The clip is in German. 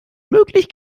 möglich